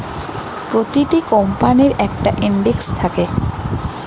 প্রতিটা কোম্পানির একটা ইন্ডেক্স থাকে